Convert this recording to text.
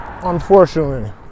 Unfortunately